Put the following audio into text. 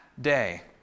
day